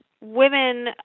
women